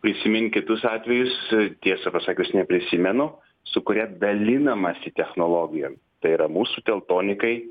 prisimint kitus atvejus tiesą pasakius neprisimenu su kuria dalinamasi technologijom tai yra mūsų teltonikai